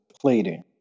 plating